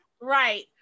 right